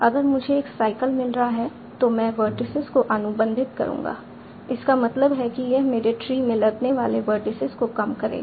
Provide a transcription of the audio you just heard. अगर मुझे एक साइकल मिल रहा है तो मैं वर्टिसीज को अनुबंधित करूँगा इसका मतलब है कि यह मेरे ट्री में लगने वाले वर्टिसीज को कम करेगा